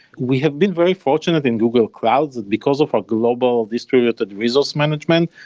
we have been very fortunate in google cloud, because of our global distributed resource management.